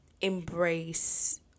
embrace